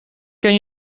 ken